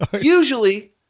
usually